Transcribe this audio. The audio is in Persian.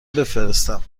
بفرستم